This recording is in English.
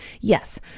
Yes